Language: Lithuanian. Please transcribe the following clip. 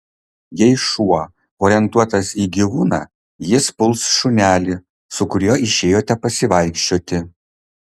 jei šuo orientuotas į gyvūną jis puls šunelį su kuriuo išėjote pasivaikščioti